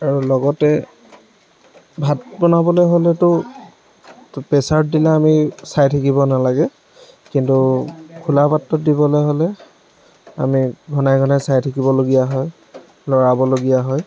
আৰু লগতে ভাত বনাবলৈ হ'লেতো ত' প্ৰেছাৰত দিলে আমি চাই থাকিব নালাগে কিন্তু খোলা পাত্ৰত দিবলৈ হ'লে আমি ঘনাই ঘনাই চাই থাকিবলগীয়া হয় লৰাবলগীয়া হয়